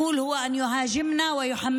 לו לומר זה רק לתקוף אותנו ולהפיל